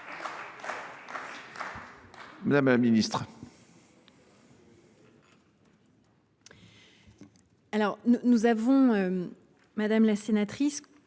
Mme la ministre.